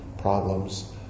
problems